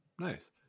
Nice